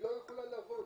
היא לא יכולה לעבוד.